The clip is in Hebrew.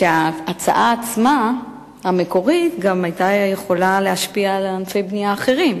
שההצעה המקורית עצמה גם היתה יכולה להשפיע על ענפי בנייה אחרים,